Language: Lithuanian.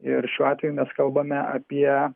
ir šiuo atveju mes kalbame apie